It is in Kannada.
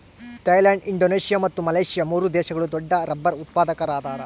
ಥೈಲ್ಯಾಂಡ್ ಇಂಡೋನೇಷಿಯಾ ಮತ್ತು ಮಲೇಷ್ಯಾ ಮೂರು ದೇಶಗಳು ದೊಡ್ಡರಬ್ಬರ್ ಉತ್ಪಾದಕರದಾರ